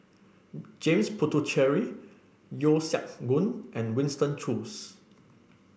James Puthucheary Yeo Siak Goon and Winston Choos